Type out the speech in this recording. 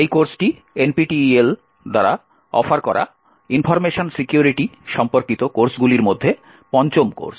এই কোর্সটি এনপিটিইএল দ্বারা অফার করা ইনফরমেশন সিকিউরিটি সম্পর্কিত কোর্সগুলির মধ্যে পঞ্চম কোর্স